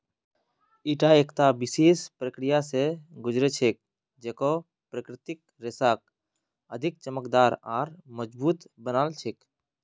ईटा एकता विशेष प्रक्रिया स गुज र छेक जेको प्राकृतिक रेशाक अधिक चमकदार आर मजबूत बना छेक